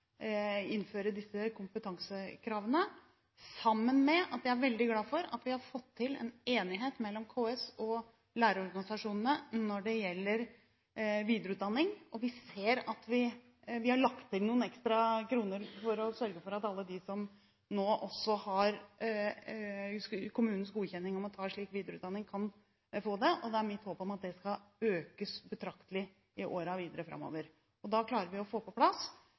innføre disse kompetansekravene, samtidig som jeg er veldig glad for at vi har fått til en enighet mellom KS og lærerorganisasjonene når det gjelder videreutdanning. Vi har lagt inn noen ekstra kroner for å sørge for at alle de som nå også har kommunens godkjenning til å ta slik videreutdanning, kan få det, og det er mitt håp at det skal økes betraktelig i årene videre framover. Da klarer vi å få på plass